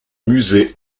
musée